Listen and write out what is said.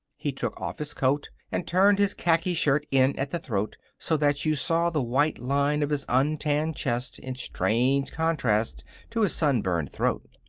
he took off his coat and turned his khaki shirt in at the throat, so that you saw the white line of his untanned chest in strange contrast to his sun-burned throat.